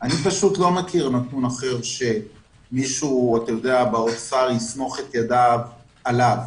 אני לא מכיר נתון אחר שמישהו באוצר יסמוך את ידיו עליו.